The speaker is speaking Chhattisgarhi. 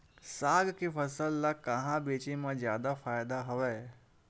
साग के फसल ल कहां बेचे म जादा फ़ायदा हवय?